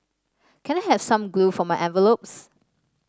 can I have some glue for my envelopes